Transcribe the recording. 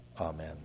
Amen